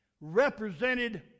represented